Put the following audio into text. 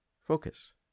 focus